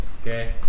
Okay